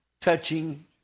touching